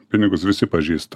pinigus visi pažįst